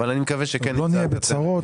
אבל אני מקווה שכן נפתור את הבעיה.